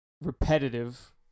repetitive